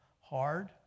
hard